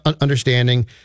understanding